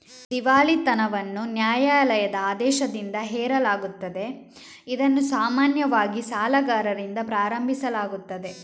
ದಿವಾಳಿತನವನ್ನು ನ್ಯಾಯಾಲಯದ ಆದೇಶದಿಂದ ಹೇರಲಾಗುತ್ತದೆ, ಇದನ್ನು ಸಾಮಾನ್ಯವಾಗಿ ಸಾಲಗಾರರಿಂದ ಪ್ರಾರಂಭಿಸಲಾಗುತ್ತದೆ